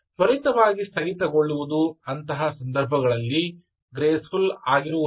ತ್ವರಿತವಾಗಿ ಸ್ಥಗಿತಗೊಳ್ಳುವುದು ಅಂತಹ ಸಂದರ್ಭಗಳಲ್ಲಿ ಗ್ರೇಸ್ ಫುಲ್ ಆಗಿರುವುದಿಲ್ಲ